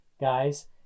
guys